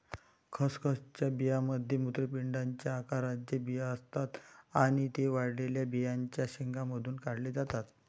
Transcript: खसखसच्या बियांमध्ये मूत्रपिंडाच्या आकाराचे बिया असतात आणि ते वाळलेल्या बियांच्या शेंगांमधून काढले जातात